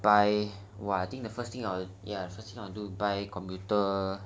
buy !wah! I think the first thing I will ya the first thing I will do is ya buy computer